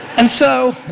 and so